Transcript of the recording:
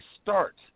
start